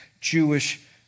Jewish